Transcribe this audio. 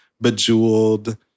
bejeweled